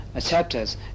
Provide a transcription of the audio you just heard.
chapters